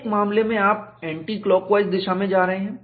एक मामले में आप एंटीक्लॉकवाइज दिशा में जा रहे हैं